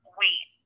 wait